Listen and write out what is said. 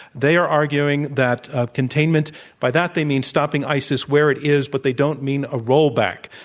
they are arguing that containment by that, they mean stopping isis where it is, but they don't mean a roll-back.